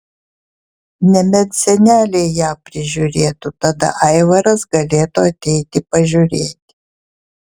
nebent seneliai ją prižiūrėtų tada aivaras galėtų ateiti pažiūrėti